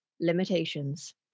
limitations